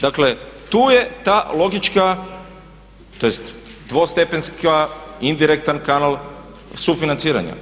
Dakle tu je ta logička, tj. dvostepenska, indirektan kanal sufinanciranja.